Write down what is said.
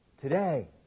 today